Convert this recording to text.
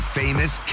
famous